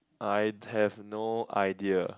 I have no idea